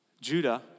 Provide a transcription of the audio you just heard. Judah